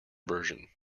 version